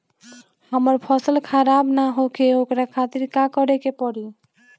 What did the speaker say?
हमर फसल खराब न होखे ओकरा खातिर का करे के परी?